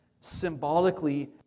symbolically